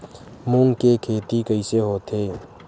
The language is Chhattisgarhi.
मूंग के खेती कइसे होथे?